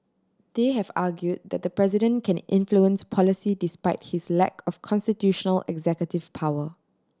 they have argued that the president can influence policy despite his lack of constitutional executive power